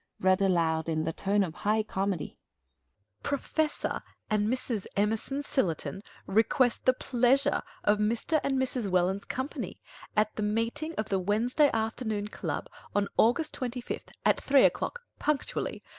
read aloud, in the tone of high comedy professor and mrs. emerson sillerton request the pleasure of mr. and mrs. welland's company at the meeting of the wednesday afternoon club on august twenty fifth at three o'clock punctually.